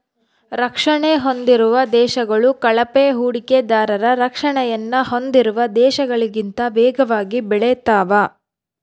ರಕ್ಷಣೆ ಹೊಂದಿರುವ ದೇಶಗಳು ಕಳಪೆ ಹೂಡಿಕೆದಾರರ ರಕ್ಷಣೆಯನ್ನು ಹೊಂದಿರುವ ದೇಶಗಳಿಗಿಂತ ವೇಗವಾಗಿ ಬೆಳೆತಾವೆ